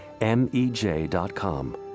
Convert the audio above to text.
M-E-J.com